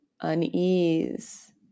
unease